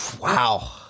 wow